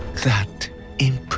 that imp